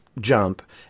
jump